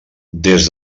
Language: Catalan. des